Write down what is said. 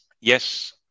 Yes